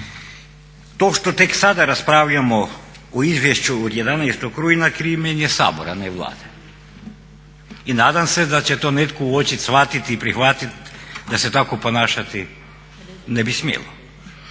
To što tek sada raspravljamo o izvješću od 11. rujna krivnja je Sabora a ne Vlade. I nadam se da će to netko uočiti, shvatiti i prihvatiti da se tako ponašati ne bi smjelo.